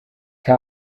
que